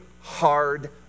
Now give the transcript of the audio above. hard